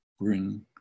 bring